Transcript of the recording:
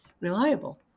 reliable